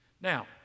Now